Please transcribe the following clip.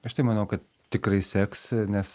aš tai manau kad tikrai seks nes